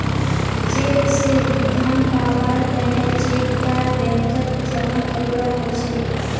cheque स भुगतान पाबार तने चेक टा बैंकत जमा करवा हछेक